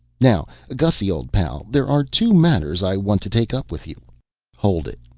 now, gussy old pal, there are two matters i want to take up with you hold it,